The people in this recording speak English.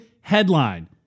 headline